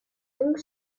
donc